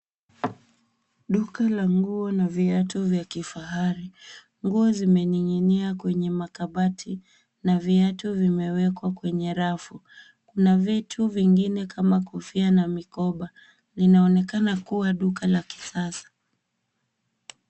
Duka la nguo na viatu vya kifahari. Nguo zimening'inia kwenye makabati na viatu vimewekwa kwenye rafu. Kuna vitu vingine kama kofia na mikoba. Inaonekana kuwa duka la kisasa.